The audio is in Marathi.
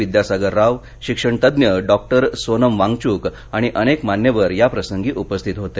विद्यासागर राव शिक्षणतज्ज्ञ डॉक रे सोनम वांगचूक आणि अनेक मान्यवर याप्रसंगी उपस्थित होते